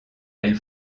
elle